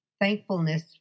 thankfulness